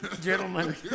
gentlemen